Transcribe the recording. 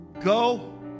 Go